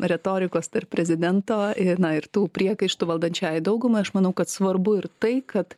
retorikos tarp prezidento ir na ir tų priekaištų valdančiajai daugumai aš manau kad svarbu ir tai kad